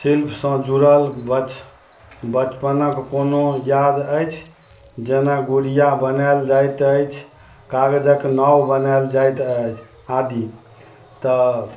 शिल्प जुड़ल बच बचपनक कोनो याद अछि जेना गुड़िया बनाएल जाइत अछि कागजक नाव बनाएल जाइत अछि आदि तऽ